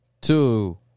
Two